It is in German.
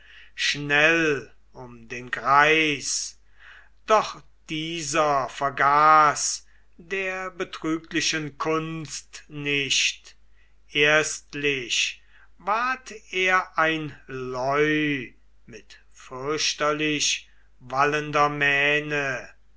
schnell um den greis doch dieser vergaß der betrüglichen kunst nicht erstlich ward er ein leu mit fürchterlich wallender mähne